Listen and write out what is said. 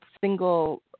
single